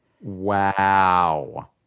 wow